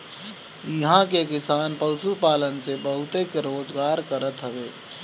इहां के किसान पशुपालन से बहुते रोजगार करत हवे